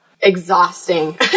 Exhausting